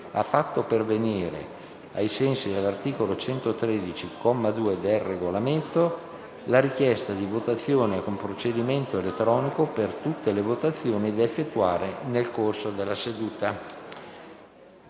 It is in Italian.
ha fatto pervenire, ai sensi dell'articolo 113, comma 2, del Regolamento, la richiesta di votazione con procedimento elettronico per tutte le votazioni da effettuare nel corso della seduta.